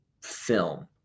film